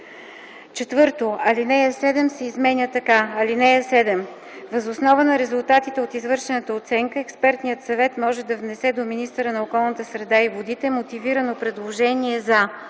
4. Алинея 7 се изменя така: „(7) Въз основа на резултатите от извършената оценка експертният съвет може да внесе до министъра на околната среда и водите мотивирано предложение за: